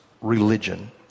religion